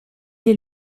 est